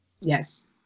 Yes